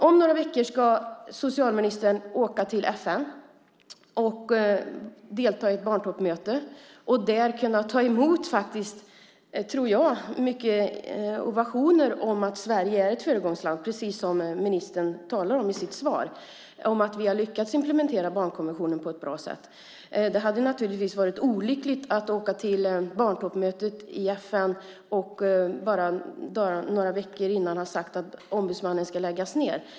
Om några veckor ska socialministern åka till FN för att delta i ett barntoppmöte och där kunna ta emot, tror jag faktiskt, mycket ovationer för att Sverige är ett föregångsland, precis som ministern talar om i sitt svar. Vi har lyckats implementera barnkonventionen på ett bra sätt. Det hade naturligtvis varit olyckligt att åka till barntoppmötet i FN och bara några veckor innan ha sagt att ombudsmannen ska läggas ned.